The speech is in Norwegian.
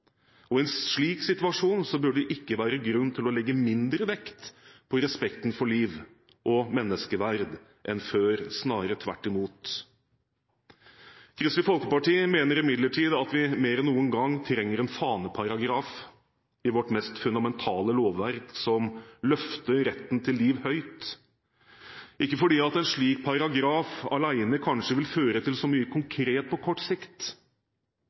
og i en slik situasjon bør det ikke være grunn til å legge mindre vekt på respekten for liv og menneskeverd enn før – snarere tvert imot. Kristelig Folkeparti mener imidlertid at vi mer enn noen gang trenger en faneparagraf i vårt mest fundamentale lovverk som løfter retten til liv høyt, ikke fordi at en slik paragraf alene kanskje vil føre til så mye konkret på kort sikt,